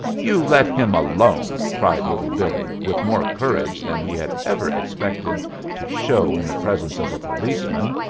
you let him alone! cried little billee, with more courage than he had ever expected to show in the presence of a policeman.